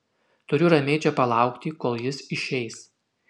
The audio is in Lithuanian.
turiu ramiai čia palaukti kol jis išeis